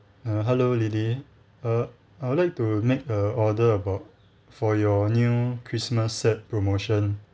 uh hello lily err I would like to make a order about for your new christmas set promotion